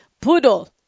poodle